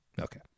Okay